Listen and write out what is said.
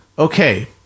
Okay